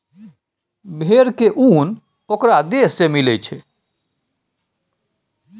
भेड़ के उन ओकरा देह से मिलई छई